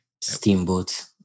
Steamboat